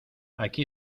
aquí